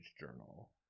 journal